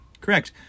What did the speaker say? correct